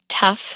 tough